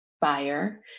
buyer